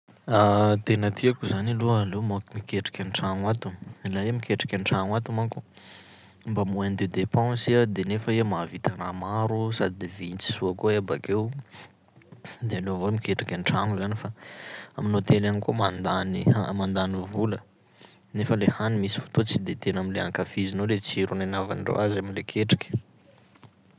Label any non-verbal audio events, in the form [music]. [hesitation] Tena tiako zany aloha aleo ma- miketriky antragno ato, alay ah miketriky antragno ato manko mba moins de dépense ah, de nefa iah mahavita raha maro sady vintsy soa koa iah bakeo, [noise] de aleo avao miketriky antragno zany fa amin'ny hôtely agny koa mandany han- mandany vola, nefa le hany misy fotoa tsy de tena am'le ankafizinao le tsirony anavandreo azy am'le ketriky.